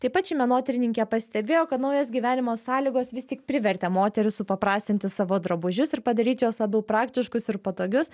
taip pat ši menotyrininkė pastebėjo kad naujos gyvenimo sąlygos vis tik privertė moteris supaprastinti savo drabužius ir padaryti juos labiau praktiškus ir patogius